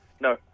No